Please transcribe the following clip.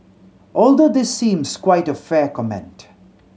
although this seems quite a fair comment